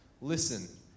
Listen